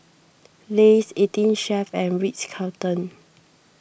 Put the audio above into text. Lays eighteen Chef and Ritz Carlton